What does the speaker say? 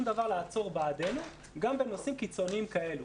דבר לעצור בעדנו גם בנושאים קיצוניים כאלה.